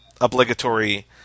obligatory